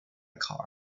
car